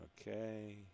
Okay